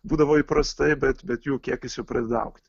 būdavo įprastai bet bet jų kiekis jau pradeda augti